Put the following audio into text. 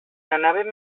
anàvem